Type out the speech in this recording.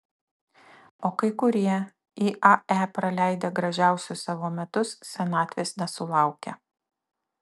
o kai kurie iae praleidę gražiausius savo metus senatvės nesulaukia